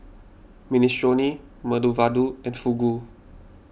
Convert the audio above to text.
Minestrone Medu Vada and Fugu